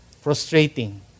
Frustrating